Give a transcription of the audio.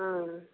अँ